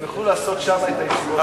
הם יוכלו לעשות שם את הישיבות.